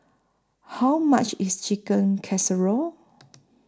How much IS Chicken Casserole